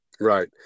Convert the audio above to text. Right